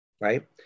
right